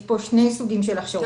יש פה שני סוגים של הכשרות,